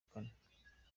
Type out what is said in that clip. kane